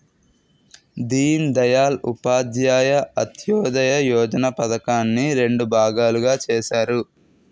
దీన్ దయాల్ ఉపాధ్యాయ అంత్యోదయ యోజన పధకాన్ని రెండు భాగాలుగా చేసారు